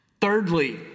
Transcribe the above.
Thirdly